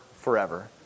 forever